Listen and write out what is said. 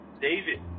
David